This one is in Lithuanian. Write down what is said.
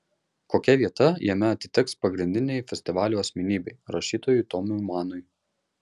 kokia vieta jame atiteks pagrindinei festivalio asmenybei rašytojui tomui manui